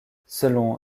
selon